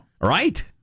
Right